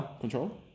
Control